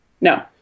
No